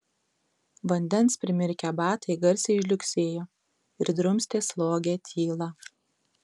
vandens primirkę batai garsiai žliugsėjo ir drumstė slogią tylą